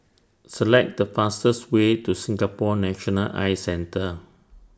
Select The fastest Way to Singapore National Eye Centre